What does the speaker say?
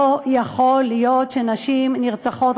לא יכול להיות שנשים נרצחות,